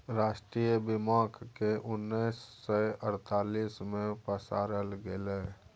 राष्ट्रीय बीमाक केँ उन्नैस सय अड़तालीस मे पसारल गेलै